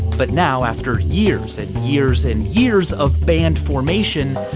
but now, after years and years and years of band formation,